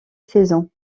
saison